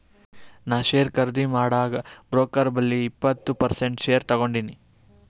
ನಾ ಶೇರ್ ಖರ್ದಿ ಮಾಡಾಗ್ ಬ್ರೋಕರ್ ಬಲ್ಲಿ ಇಪ್ಪತ್ ಪರ್ಸೆಂಟ್ ಶೇರ್ ತಗೊಂಡಿನಿ